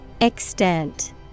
Extent